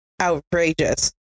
outrageous